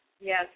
Yes